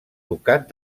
ducat